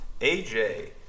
AJ